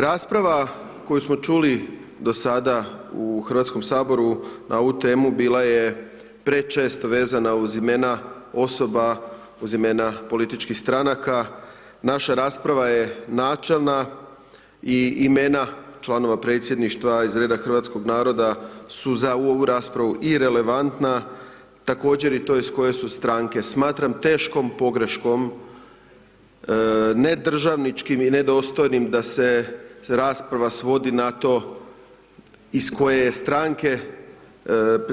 Rasprava koju smo čuli do sada u Hrvatskom saboru, bila je prečesto vezana uz imena osoba uz imena političkih stranaka, naša rasprava je načelna i imena članova predstavništva iz reda hrvatskog naroda su za ovu raspravu i relevantna također i to s koje su stranke smatram teškom pogreškom, nedržavničkom i nedostojnim da se rasprava svodi na to iz koje je stranke